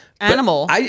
animal